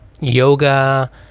yoga